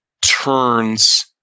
turns